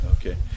Okay